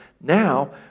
now